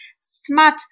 smart